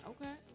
Okay